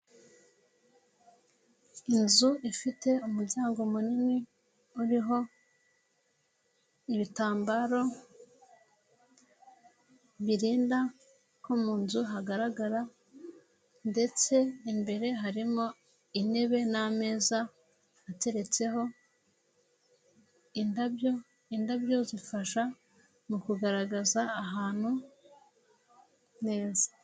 Inzu ifite umuryango munini uriho ibitambaro birinda ko mu nzu hagaragara ndetse imbere harimo intebe n'ameza ateretseho indabyo, indabyo zifasha mu kugaragaza ahantu neza.